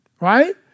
Right